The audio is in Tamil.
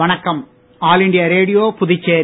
வணக்கம் ஆல் இண்டியா ரேடியோபுதுச்சேரி